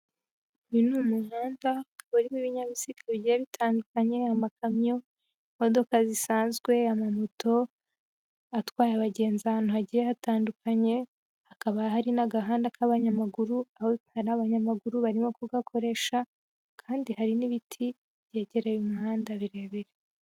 Uyu ni umuhanda urimo ibinyabiziga bigiye bitandukanye, amakamyo, imodoka zisanzwe, amamoto atwaye abagenzi ahantu hagiye hatandukanye, hakaba hari n'agahanda k'abanyamaguru. Aho tubona abanyamaguru barimo kugakoresha, kandi hari n'ibiti byegereye umuhanda birebire.